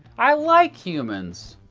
i like humans.